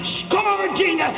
scourging